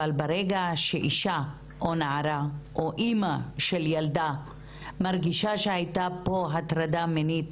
אבל ברגע שאישה או נערה או אמא של ילדה מרגישה שהייתה פה הטרדה מינית,